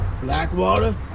Blackwater